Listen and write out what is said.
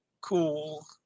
cool